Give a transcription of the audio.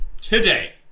today